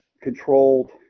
controlled